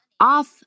off